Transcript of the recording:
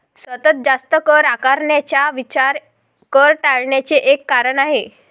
सतत जास्त कर आकारण्याचा विचार कर टाळण्याचे एक कारण आहे